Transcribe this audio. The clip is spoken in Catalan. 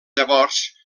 llavors